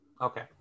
Okay